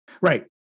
right